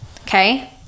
okay